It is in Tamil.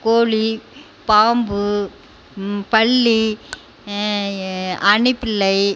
கோழி பாம்பு பல்லி அணில் பிள்ளை